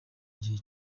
igihe